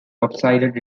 lopsided